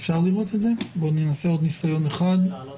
אנחנו יותר מ-100